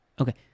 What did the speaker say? okay